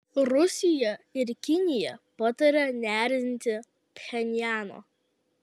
rusija ir kinija pataria neerzinti pchenjano